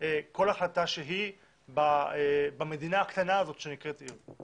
כל החלטה שהיא במדינה הקטנה הזאת שנקראת עיר.